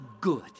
good